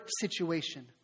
situation